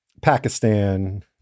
Pakistan